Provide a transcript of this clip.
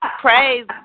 praise